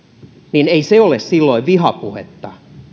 niin ei se ole silloin vihapuhetta